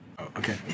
Okay